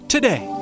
Today